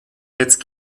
jetzt